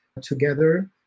together